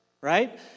Right